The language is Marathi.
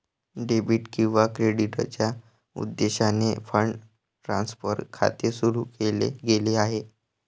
डेबिट किंवा क्रेडिटच्या उद्देशाने फंड ट्रान्सफर खाते सुरू केले गेले आहे